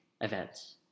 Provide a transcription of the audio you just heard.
events